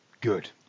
Good